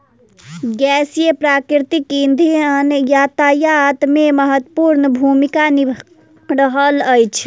गैसीय प्राकृतिक इंधन यातायात मे महत्वपूर्ण भूमिका निभा रहल अछि